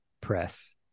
press